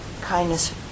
kindness